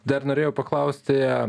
dar norėjau paklausti